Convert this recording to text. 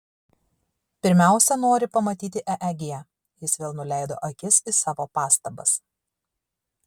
pirmiausia nori pamatyti eeg jis vėl nuleido akis į savo pastabas